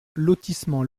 lotissement